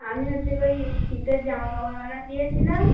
আমি হচ্ছে ওই শীতের জামা কাপড় অডার দিয়েছিলাম